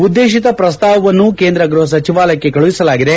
ಉದ್ಲೇತಿತ ಪ್ರಸ್ತಾವವನ್ನು ಕೇಂದ್ರ ಗ್ರಹ ಸಚಿವಾಲಯಕ್ಷೆ ಕಳುಹಿಸಲಾಗಿದೆ